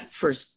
first